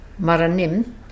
maranim